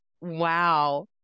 Wow